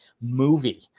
movie